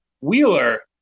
Wheeler